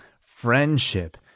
friendship